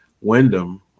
Wyndham